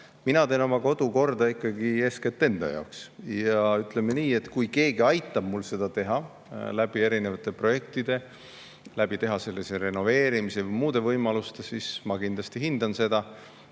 Mina teen oma kodu korda ikkagi eeskätt enda jaoks. Ütleme nii, kui keegi aitab mul seda teha erinevate projektide abil, teha renoveerimise ja muude võimaluste abil, siis ma kindlasti hindan seda.